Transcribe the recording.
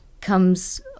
comes